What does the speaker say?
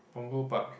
Punggol Park